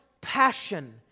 passion